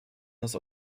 das